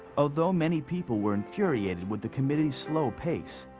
although many people were infuriated with the committee's slow pace,